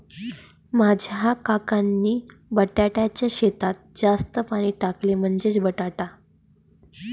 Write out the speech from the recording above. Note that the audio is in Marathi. माझ्या काकांनी बटाट्याच्या शेतात जास्त पाणी टाकले, म्हणजे बटाटा